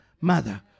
mother